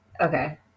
Okay